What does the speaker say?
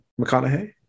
McConaughey